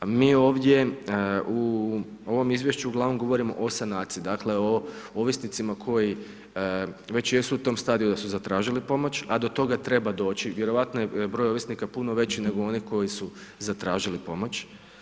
A mi ovdje u ovom izvješću ugl. govorimo o sanaciji, dakle, o ovisnicima, koji već jesu u tom stadiju da su zatražili pomoć, a do toga treba doći, vjerojatno je broj ovisnika puno veća nego oni koji su zatražili pomoć.